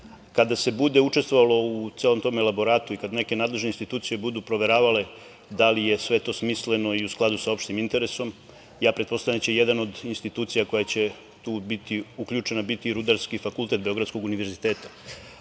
kada se bude učestvovalo u celom tom elaboratu i kad neke nadležne institucije budu proveravale da li je sve to smisleno i u skladu sa opštim interesom. Pretpostavljam da će jedna od institucija koja će tu biti uključena biti i Rudarski fakultet Beogradskog univerziteta.